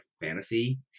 fantasy